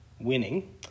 winning